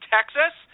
Texas